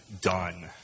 done